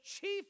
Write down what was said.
chief